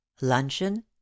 luncheon